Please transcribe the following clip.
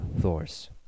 Thors